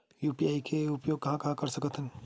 UPI के उपयोग कहां कहा कर सकत हन?